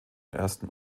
ersten